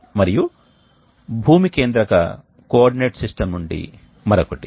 కాబట్టి ఇది రోటరీ హుడ్తో ఉన్న రీజెనరేటర్ యొక్క పని సూత్రం అక్కడ ఏమి జరుగుతుంది